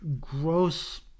gross